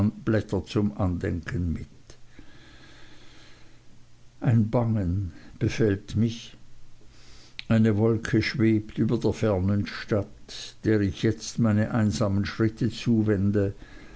blätter zum andenken mit ein bangen befällt mich eine wolke schwebt über der fernen stadt der ich jetzt meine einsamen schritte zuwende